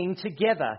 together